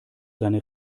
seine